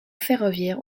ferroviaire